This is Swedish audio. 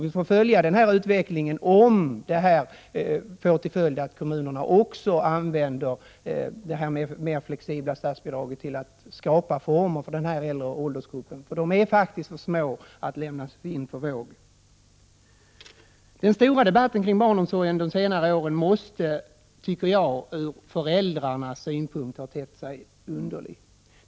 Vi får följa denna utveckling och studera om kommunerna använder detta mer flexibla statsbidragssystem till att skapa former för omsorg för denna åldersgrupp. De barnen är faktiskt för små att lämnas vind för våg. Den stora debatten kring barnomsorgen under senare år måste ur föräldrarnas synpunkt ha tett sig underlig.